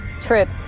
trip